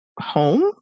home